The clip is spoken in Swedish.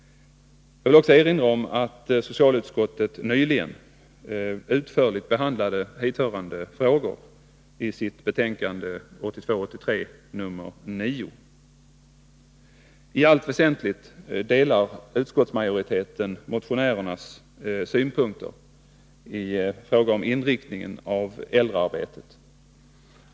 Jag vill vidare erinra om att socialutskottet nyligen utförligt har behandlat hithörande frågor i sitt betänkande 1982/83:9. I allt väsentligt delar Nr 113 utskottsmajoriteten motionärernas synpunkter i fråga om inriktningen av äldrearbetet.